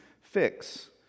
fix